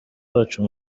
bacu